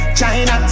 China